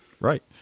Right